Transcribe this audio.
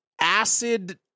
acid